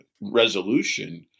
resolution